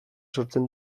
sortzen